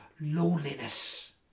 loneliness